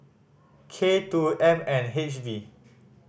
k two M N H V